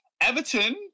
Everton